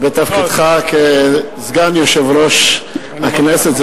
בתפקידך כסגן יושב-ראש הכנסת.